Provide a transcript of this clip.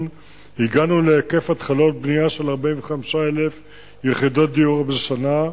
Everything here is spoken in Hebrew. הגענו להיקף התחלות בנייה של 45,000 יחידות דיור בשנה,